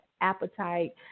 appetite